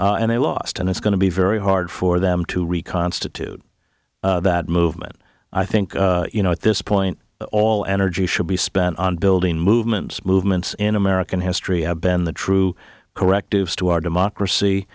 and they lost and it's going to be very hard for them to reconstitute that movement i think you know at this point all energy should be spent on building movements movements in american history a bend the true correctives to our democracy